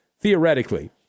theoretically